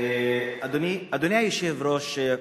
אדוני היושב-ראש,